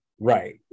right